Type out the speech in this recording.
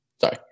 sorry